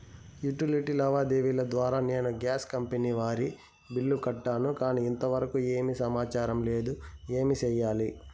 Utility లావాదేవీల ద్వారా నేను గ్యాస్ కంపెని వారి బిల్లు కట్టాను కానీ ఇంతవరకు ఏమి సమాచారం లేదు, ఏమి సెయ్యాలి?